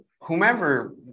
whomever